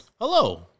Hello